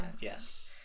yes